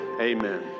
Amen